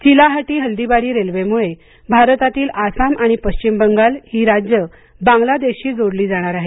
Chilahati Haldibari railway मुळे भारतातील आसाम आणि पश्चिम बंगाल हि राज्ये बांगलादेश शी जोडली जाणार आहेत